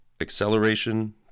acceleration